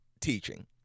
teaching